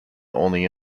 only